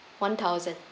one thousand